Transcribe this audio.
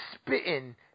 spitting